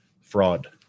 fraud